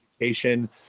education